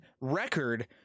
record